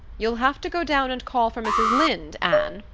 you'll have to go down and call for mrs. lynde, anne,